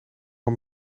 een